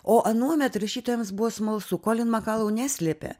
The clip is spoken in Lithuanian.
o anuomet rašytojams buvo smalsu kolin makalou neslėpė